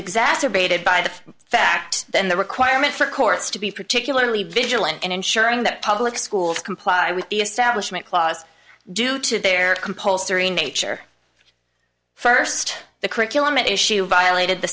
exacerbated by the fact then the requirement for courts to be particularly vigilant in ensuring that public schools comply with the establishment clause due to their compulsory nature first the curriculum at issue violated the